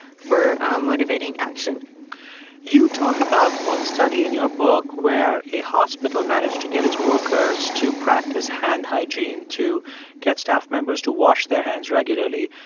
for motivating action you talk about one study in your book where a hospital managed to get its workers to practice hand hygiene to get staff members to wash their hands regularly.